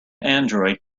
android